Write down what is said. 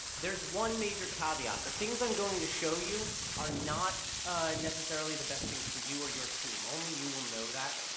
there is one major caveat. the things i'm going to show you are not necessarily the best things for you or your team, only you will know that.